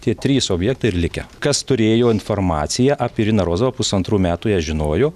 tie trys objektai ir likę kas turėjo informaciją apie iriną rozovą pusantrų metų jie žinojo